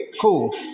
cool